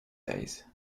days